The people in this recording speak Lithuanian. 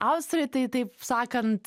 austrai tai taip sakant